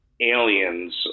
aliens